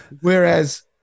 Whereas